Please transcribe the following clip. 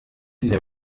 dieser